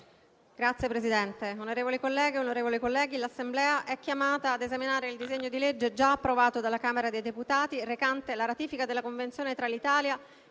Signor Presidente, onorevoli colleghe, onorevole colleghi, l'Assemblea è chiamata ad esaminare il disegno di legge, già approvato dalla Camera dei deputati, recante la ratifica della Convenzione tra l'Italia